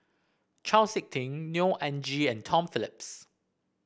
Chau SiK Ting Neo Anngee and Tom Phillips